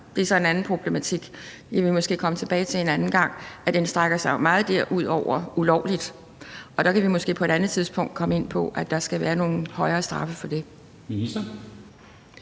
det er så en anden problematik, og det kan vi måske komme tilbage til en anden gang – at den strækker sig meget ud over ulovligt, og der kan vi måske på et andet tidspunkt komme ind på, at der skal være nogle højere straffe for det.